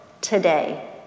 today